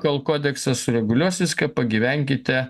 kol kodeksas sureguliuos viską pagyvenkite